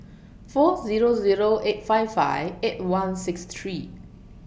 four Zero Zero eight five five eight one six three